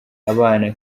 abana